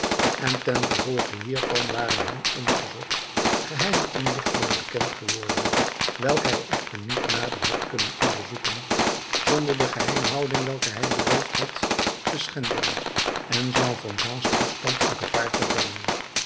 en ten gevolge hiervan waren hem ongezocht geheime inlichtingen bekend geworden welke hij echter niet nader had kunnen onderzoeken zonder de geheimhouding welke hij beloofd had te schenden en jean valjeans toestand in gevaar te brengen